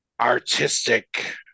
artistic